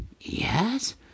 yes